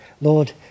Lord